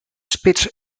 spits